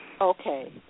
Okay